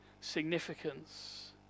significance